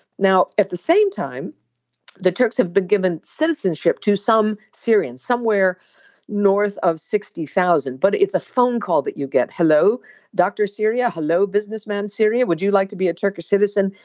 now at the same time the turks have been given citizenship to some syrians somewhere north of sixty thousand. but it's a phone call that you get. hello doctor syria hello businessmen syria. would you like to be a turkish citizen.